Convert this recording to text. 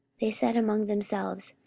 they said among themselves,